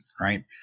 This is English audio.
right